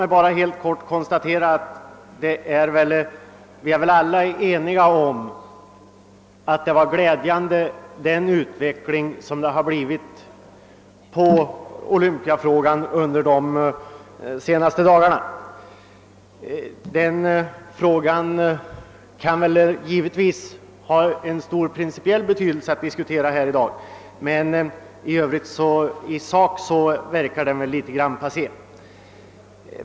Låt mig helt kort konstatera att vi väl alla är eniga om att den utveckling som olympiadfrågan undergått de senaste dagarna är glädjande. Det kan givetvis fortfarande vara av stor principiell betydelse att diskutera den frågan, men i sak verkar den något passé.